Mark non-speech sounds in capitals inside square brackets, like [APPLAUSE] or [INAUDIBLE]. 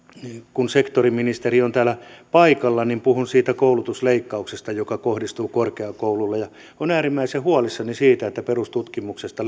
kun sektoriministeri on täällä paikalla niin puhun siitä koulutusleikkauksesta joka kohdistuu korkeakouluille olen äärimmäisen huolissani siitä että perustutkimuksesta [UNINTELLIGIBLE]